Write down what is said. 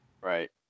Right